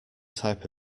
type